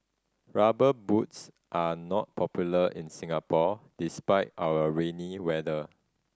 Rubber Boots are not popular in Singapore despite our rainy weather